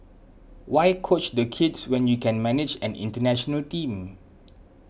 why coach the kids when you can manage an international Team